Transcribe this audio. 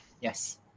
Yes